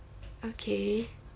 okay